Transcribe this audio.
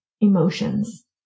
emotions